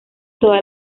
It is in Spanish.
todas